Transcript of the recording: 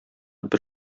бер